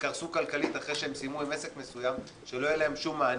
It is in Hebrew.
קרסו כלכלית אחרי שהם סיימו עם עסק מסוים ושלא יהיה להם שום מענה.